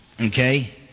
Okay